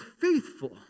faithful